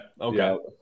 okay